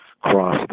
Cross